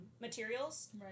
materials